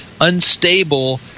Unstable